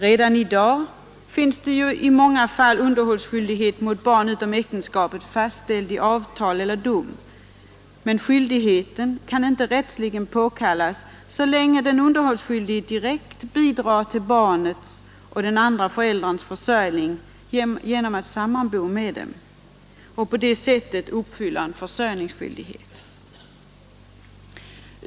Redan i dag finns ju i många fall underhållsskyldighet mot barn utom äktenskapet fastställd i avtal eller dom, men skyldigheten kan inte rättsligen påkallas så länge den underhållsskyldige direkt bidrar till barnets och den andra förälderns försörjning genom att sammanbo med dem och på det sättet uppfyller en försörjningsskyldighet.